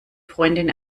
freundin